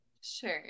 Sure